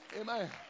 Amen